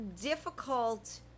difficult